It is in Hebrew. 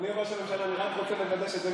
אדוני ראש הממשלה, אני רק רוצה לוודא, אני